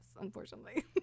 unfortunately